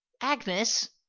Agnes